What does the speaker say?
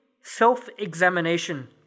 self-examination